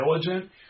diligent